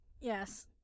Yes